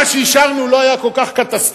מה שאישרנו לא היה כל כך קטסטרופה,